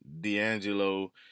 d'angelo